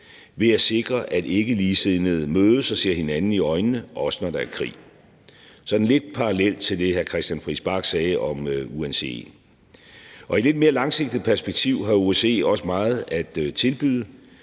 ved at sikre, at ikkeligesindede mødes og ser hinanden i øjnene, også når der er krig, hvilket sådan er lidt parallelt til det, hr. Christian Friis Bach sagde om UNECE. I et lidt mere langsigtet perspektiv har OSCE også meget at tilbyde: